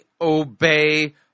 obey